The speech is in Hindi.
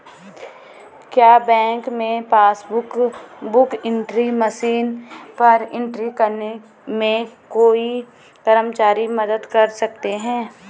क्या बैंक में पासबुक बुक एंट्री मशीन पर एंट्री करने में कोई कर्मचारी मदद कर सकते हैं?